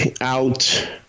out